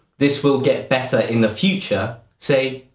this will get better in the future, say,